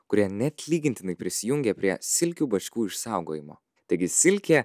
kurie neatlygintinai prisijungė prie silkių bačkų išsaugojimo taigi silkė